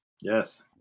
Yes